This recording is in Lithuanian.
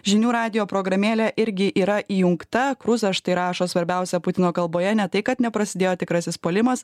žinių radijo programėlė irgi yra įjungta kruzas štai rašo svarbiausia putino kalboje ne tai kad neprasidėjo tikrasis puolimas